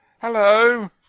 Hello